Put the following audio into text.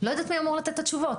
לא יודעת מי אמור לתת את התשובות.